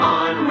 on